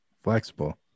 flexible